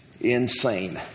insane